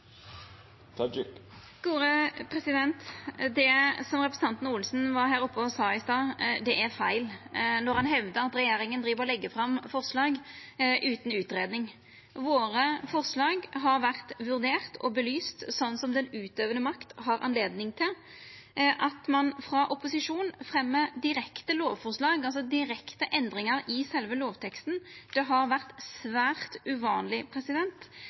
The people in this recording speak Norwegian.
det. Det representanten Olsen var her oppe og sa i stad, er feil. Han hevda at regjeringa driv og legg fram forslag utan utgreiing. Våre forslag har vore vurderte og belyste sånn som den utøvande makta har anledning til. At ein frå opposisjonen fremjar direkte lovforslag, altså direkte endringar i sjølve lovteksten, har vore svært uvanleg,